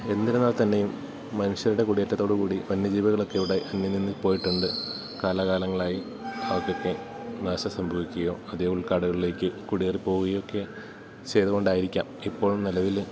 എന്നിരുന്നാൽ തന്നെയും മനുഷ്യരുടെ കൂടിയേറ്റത്തോടു കൂടി വന്യജീവികളൊക്കെ ഇവിടെ അന്യം നിന്ന് പോയിട്ടുണ്ട് കാലകാലങ്ങളായി അവക്കൊക്കെ നാശം സംഭവിക്കുകയോ അതേ ഉൾ കാടുകളിലേക്ക് കുടിയേറി പോവുക ഒക്കെ ചെയ്തുകൊണ്ടായിരിക്കാം ഇപ്പോൾ നിലവിൽ